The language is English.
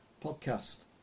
podcast